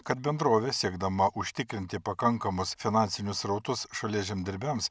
kad bendrovė siekdama užtikrinti pakankamus finansinius srautus šalies žemdirbiams